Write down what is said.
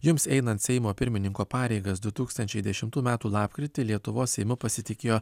jums einant seimo pirmininko pareigas du tūkstančiai dešimtų metų lapkritį lietuvos seimu pasitikėjo